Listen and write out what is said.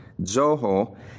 Zoho